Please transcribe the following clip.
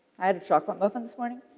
i had a chocolate muffin this morning.